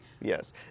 Yes